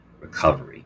recovery